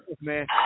Man